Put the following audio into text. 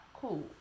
Cool